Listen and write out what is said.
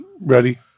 Ready